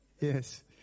yes